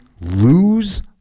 lose